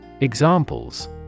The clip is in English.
Examples